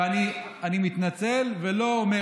ואני מתנצל ולא אומר